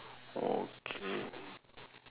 okay